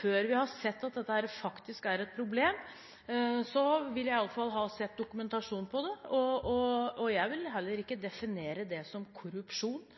Før vi har sett at dette her faktisk er et problem, vil jeg iallfall ha sett dokumentasjon på det. Jeg vil heller ikke definere det som korrupsjon,